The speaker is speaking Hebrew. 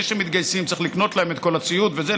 שמתגייסים צריך לקנות להם את כל הציוד וזה,